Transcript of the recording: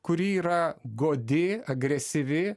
kuri yra godi agresyvi